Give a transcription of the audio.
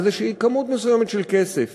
עם איזו כמות מסוימת של כסף,